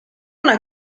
una